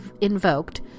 invoked